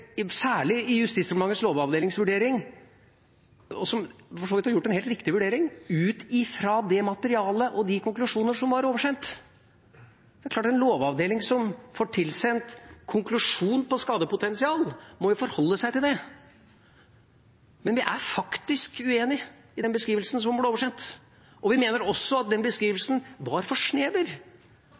særlig Justisdepartementets lovavdelings vurdering, som for så vidt har gjort en helt riktig vurdering ut fra det materialet og de konklusjoner som var oversendt. Det er klart at en lovavdeling som får tilsendt konklusjon på skadepotensial, må forholde seg til det, men vi er faktisk uenig i den beskrivelsen som ble oversendt. Vi mener også at den beskrivelsen var for snever.